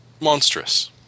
Monstrous